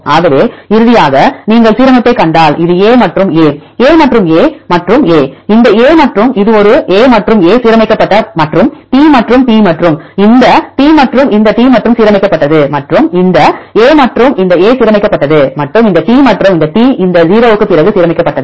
ஆகவே இறுதியாக நீங்கள் சீரமைப்பைக் கண்டால் இது A மற்றும் A A மற்றும் A மற்றும் A இந்த A மற்றும் இது ஒரு A மற்றும் A சீரமைக்கப்பட்ட மற்றும் T மற்றும் T இந்த T மற்றும் இந்தT சீரமைக்கப்பட்டது மற்றும் இந்த A மற்றும் இந்த A சீரமைக்கப்பட்டது மற்றும் இந்த T மற்றும் இந்த T இந்த 0 க்கு பிறகு சீரமைக்கப்பட்டது